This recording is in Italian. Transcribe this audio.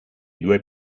due